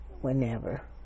whenever